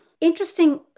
interesting